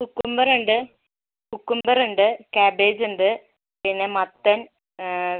cucumber ഉണ്ട് cucumber ഉണ്ട് cabbage ഉണ്ട് പിന്നെ മത്തൻ